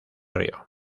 río